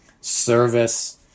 service